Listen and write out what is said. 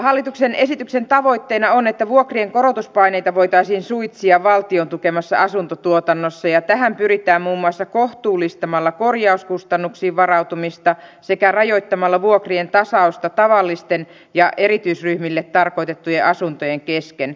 hallituksen esityksen tavoitteena on että vuokrien korotuspaineita voitaisiin suitsia valtion tukemassa asuntotuotannossa ja tähän pyritään muun muassa kohtuullistamalla korjauskustannuksiin varautumista sekä rajoittamalla vuokrien tasausta tavallisten ja erityisryhmille tarkoitettujen asuntojen kesken